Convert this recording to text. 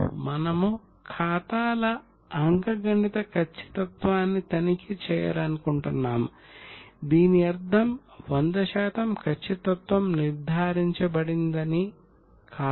మనము ఖాతాల అంకగణిత ఖచ్చితత్వాన్ని తనిఖీ చేయాలనుకుంటున్నాము దీని అర్థం 100 శాతం ఖచ్చితత్వం నిర్ధారించబడిందని కాదు